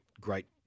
great